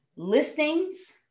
Listings